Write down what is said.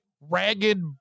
ragged